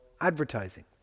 advertising